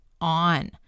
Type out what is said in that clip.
on